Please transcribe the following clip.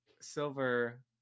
silver